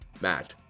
match